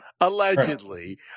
allegedly